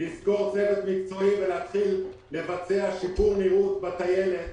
לשכור צוות מקצועי ולהתחיל לבצע שיפור בטיילת.